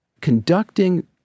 conducting